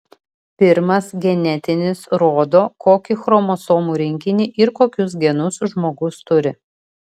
pirmas genetinis rodo kokį chromosomų rinkinį ir kokius genus žmogus turi